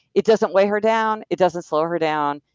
it doesn't weigh her down. it doesn't slow her down.